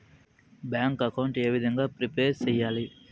Bank account ఏ విధంగా prepare సెయ్యాలి?